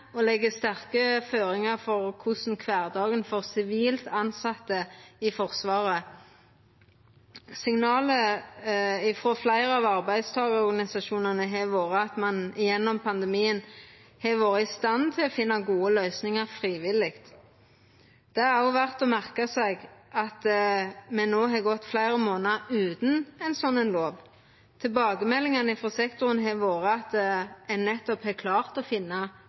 og legg sterke føringar for kvardagen for sivilt tilsette i Forsvaret. Signalet frå fleire av arbeidstakarorganisasjonane har vore at ein gjennom pandemien har vore i stand til å finna gode løysingar frivillig. Det er òg verdt å merka seg at me no har gått fleire månadar utan ein slik lov. Tilbakemeldingane frå sektoren har vore at ein nettopp har klart å finna